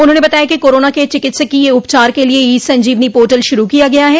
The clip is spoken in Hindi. उन्होंने बताया कि कोरोना के चिकित्सकीय उपचार के लिए ई संजीवनी पोर्टल शुरू किया गया है